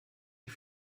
die